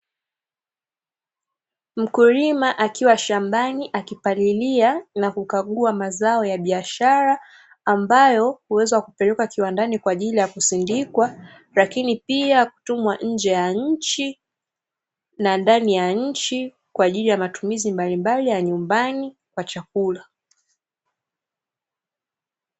Mkulima akiwa shambani akipalilia na kukagua mazao ya biashara ambayo huweza kupelekwa kiwandani kwa ajili ya kusindikwa, lakini pia kutumwa nje ya nchi na ndani ya nchi kwa ajili ya matumizi mbalimbali ya nyumbani kwa chakula.